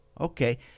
okay